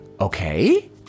okay